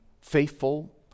faithful